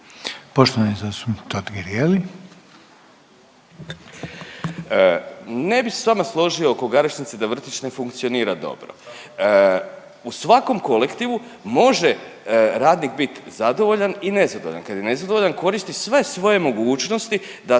**Totgergeli, Miro (HDZ)** Ne bih se sa vama složio oko Garešnice da vrtić ne funkcionira dobro. U svakom kolektivu može radnik bit zadovoljan i nezadovoljan. Kad je nezadovoljan koristi sve svoje mogućnosti da